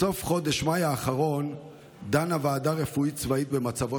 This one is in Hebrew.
בסוף חודש מאי האחרון דנה ועדה רפואית צבאית במצבו